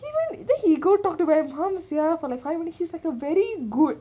even then he go talk to where um sia for like five minutes he's like a very good